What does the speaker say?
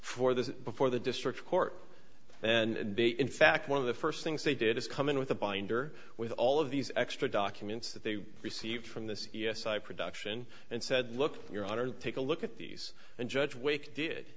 for this before the district court and they in fact one of the first things they did is come in with a binder with all of these extra documents that they received from the c s i production and said look you're honored take a look at these and judge wake did